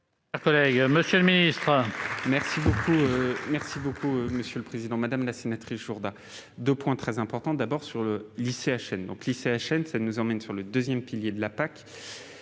monsieur le ministre.